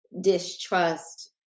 distrust